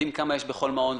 יודעים כמה יש בכל מעון,